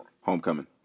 homecoming